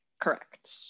Correct